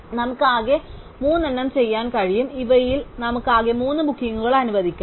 അതിനാൽ നമുക്ക് ആകെ മൂന്നെണ്ണം ചെയ്യാൻ കഴിയും ഇവയിൽ നമുക്ക് ആകെ മൂന്ന് ബുക്കിംഗുകൾ അനുവദിക്കാം